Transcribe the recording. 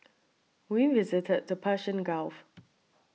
we visited the Persian Gulf